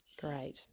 great